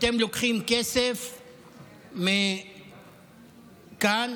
אתם לוקחים כסף מכאן,